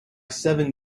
seven